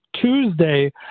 Tuesday